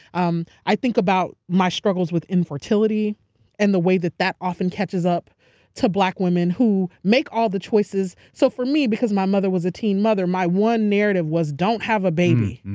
um i think about my struggles with infertility and the way that that often catches up to black women who make all the choices. so for me because my mother was a teen mother, my one narrative was don't have a baby.